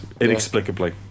inexplicably